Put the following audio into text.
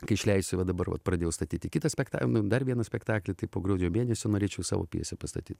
kai išleisiu va dabar vat pradėjau statyti kitą spektaklį dar vieną spektaklį tai po gruodžio mėnesio norėčiau savo pjesę pastatyt